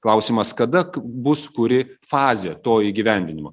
klausimas kada bus kuri fazė to įgyvendinimo